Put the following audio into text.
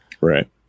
Right